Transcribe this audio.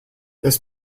this